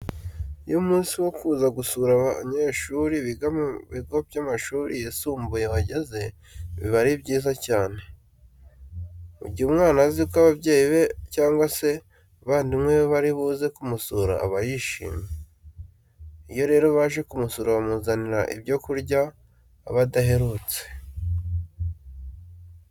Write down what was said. Iyo umunsi wo kuza gusura abanyeshuri biga mu bigo by'amashuri yisumbuye wageze biba ari byiza cyane. Mu gihe umwana azi ko ababyeyi be cyangwa se abavandimwe be bari buze kumusura aba yishimye. Iyo rero baje kumusura bamuzanira ibyo kurya aba adaherutse.